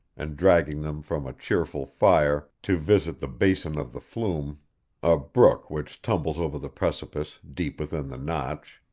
and dragging them from a cheerful fire, to visit the basin of the flume a brook, which tumbles over the precipice, deep within the notch.